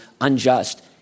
unjust